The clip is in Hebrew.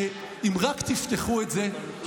שאם רק תפתחו את זה,